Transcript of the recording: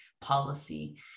policy